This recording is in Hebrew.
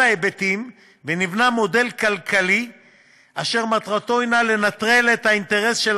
ההיבטים ונבנה מודל כלכלי אשר מטרתו היא לנטרל את האינטרס של